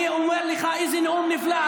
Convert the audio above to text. אני אומר לך, איזה נאום נפלא.